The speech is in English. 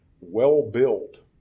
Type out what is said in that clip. well-built